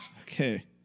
okay